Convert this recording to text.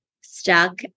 stuck